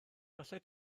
allet